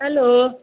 hello